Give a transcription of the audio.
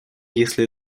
если